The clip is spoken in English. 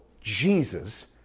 Jesus